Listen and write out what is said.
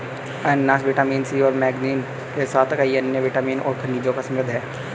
अनन्नास vitamin C और manganese के साथ कई अन्य विटामिन और खनिजों में समृद्ध हैं